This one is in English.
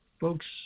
folks